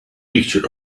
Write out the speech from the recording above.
picture